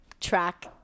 track